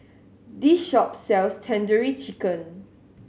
this shop sells Tandoori Chicken